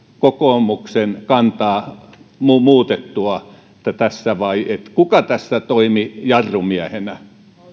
kokoomuksen kantaa muutettua tässä vai kuka tässä toimi jarrumiehenä